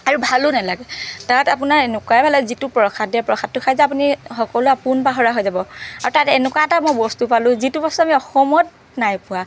আৰু ভালো নালাগে তাত আপোনাৰ এনেকুৱাই ভাল লাগে যিটো প্ৰসাদ দিয়ে প্ৰসাদটো খাই যে আপুনি সকলো আপোন পাহৰা হৈ যাব আৰু তাত এনেকুৱা এটা মই বস্তু পালো যিটো বস্তু আমি অসমত নাই পোৱা